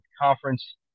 conference